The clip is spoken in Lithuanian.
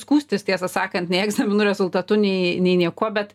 skųstis tiesą sakant nei egzaminų rezultatu nei nei niekuo bet